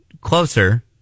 Closer